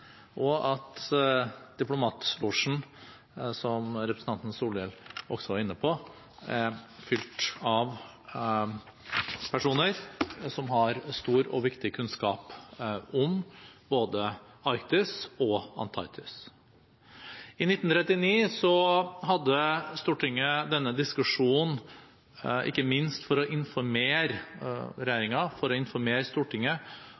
og at diplomatlosjen, som representanten Solhjell også var inne på, er fylt av personer som har stor og viktig kunnskap om både Arktis og Antarktis. I 1939 hadde man en diskusjon ikke minst for å informere Stortinget